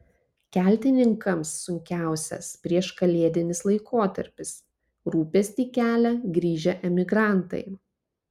keltininkams sunkiausias prieškalėdinis laikotarpis rūpestį kelia grįžę emigrantai